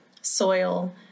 soil